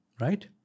right